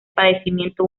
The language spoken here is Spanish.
padecimiento